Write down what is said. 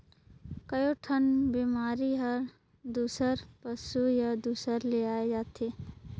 कयोठन बेमारी हर दूसर पसु या दूसर ले आये जाथे